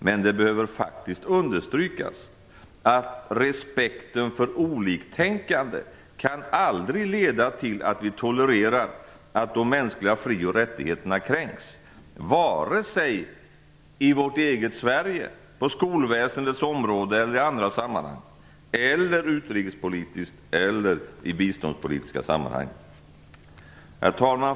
Men det behöver faktiskt understrykas att respekten för oliktänkande aldrig kan leda till att vi tolererar att de mänskliga fri och rättigheterna kränks vare sig i vårt eget Sverige, på skolväsendets område eller i andra sammanhang, utrikespolitiskt eller i biståndspolitiska sammanhang. Herr talman!